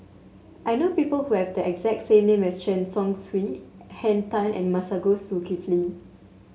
I know people who have the exact name as Chen Chong Swee Henn Tan and Masagos Zulkifli